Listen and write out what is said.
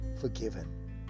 forgiven